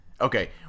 Okay